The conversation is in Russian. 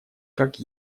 как